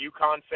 UConn